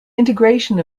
integration